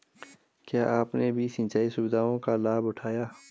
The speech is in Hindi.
क्या आपने भी सिंचाई सुविधाओं का लाभ उठाया